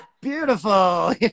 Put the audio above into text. beautiful